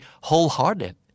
whole-hearted